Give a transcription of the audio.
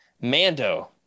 Mando